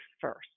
first